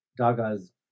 Daga's